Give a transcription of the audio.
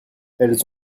elles